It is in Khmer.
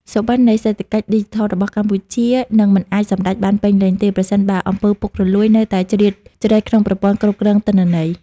សុបិននៃ "សេដ្ឋកិច្ចឌីជីថល" របស់កម្ពុជានឹងមិនអាចសម្រេចបានពេញលេញទេ ប្រសិនបើ អំពើពុករលួយ នៅតែជ្រៀតជ្រែកក្នុងប្រព័ន្ធគ្រប់គ្រងទិន្នន័យ។